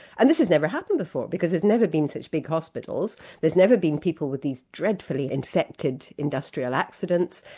and this has never happened before, because there's never been such big hospitals, there's never been people with these dreadfully infected industrial accidents,